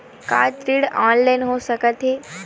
का ऋण ऑनलाइन हो सकत हे?